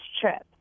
trip